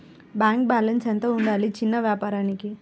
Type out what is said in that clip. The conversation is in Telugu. బ్యాంకు బాలన్స్ ఎంత ఉండాలి చిన్న వ్యాపారానికి?